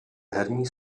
herní